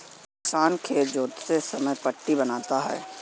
किसान खेत जोतते समय पट्टी बनाता है